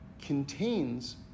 contains